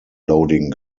loading